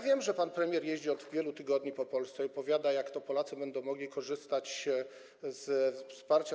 Wiem, że pan premier jeździ od wielu tygodni po Polsce i opowiada, jak to Polacy będą mogli korzystać z wsparcia